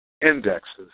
Indexes